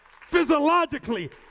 Physiologically